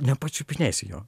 nepačiupinėsi jo